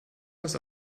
das